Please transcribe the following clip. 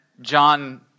John